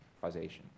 causation